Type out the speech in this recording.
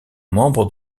membre